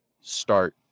start